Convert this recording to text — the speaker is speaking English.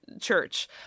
church